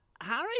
Harry